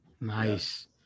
Nice